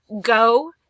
go